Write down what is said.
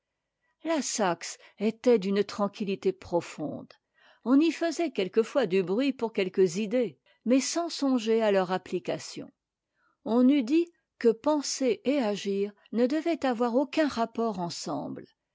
la saxe était d'une tranquillité profonde on y faisait quelquefois du bruit pour quelques idées mais sans songer à leur application on eût dit que penser et agir ne devaient avoir aucun rap port ensemble